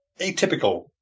atypical